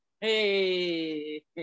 hey